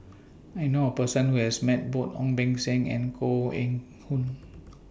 I know A Person Who has Met Both Ong Beng Seng and Koh Eng Hoon